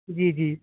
جی جی